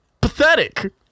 pathetic